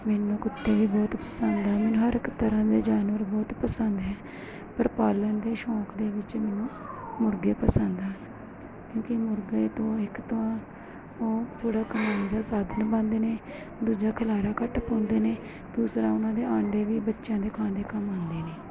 ਮੈਨੂੰ ਕੁੱਤੇ ਵੀ ਬਹੁਤ ਪਸੰਦ ਹਨ ਮੈਨੂੰ ਹਰ ਇੱਕ ਤਰ੍ਹਾਂ ਦੇ ਜਾਨਵਰ ਬਹੁਤ ਪਸੰਦ ਹੈ ਪਰ ਪਾਲਣ ਦੇ ਸ਼ੌਂਕ ਦੇ ਵਿੱਚ ਮੈਨੂੰ ਮੁਰਗੇ ਪਸੰਦ ਹਨ ਕਿਉਂਕਿ ਮੁਰਗੇ ਤੋਂ ਇੱਕ ਤਾਂ ਉਹ ਥੋੜ੍ਹਾ ਕਮਾਉਣ ਦਾ ਸਾਧਨ ਬਣਦੇ ਨੇ ਦੂਜਾ ਖਿਲਾਰਾ ਘੱਟ ਪਾਉਂਦੇ ਨੇ ਦੂਸਰਾ ਉਹਨਾਂ ਦੇ ਆਂਡੇ ਵੀ ਬੱਚਿਆਂ ਦੇ ਖਾਣ ਦੇ ਕੰਮ ਆਉਂਦੇ ਨੇ